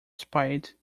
spied